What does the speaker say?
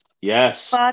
yes